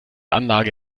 anlage